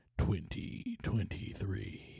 2023